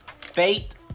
fate